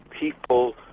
people